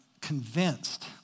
convinced